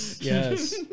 Yes